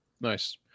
nice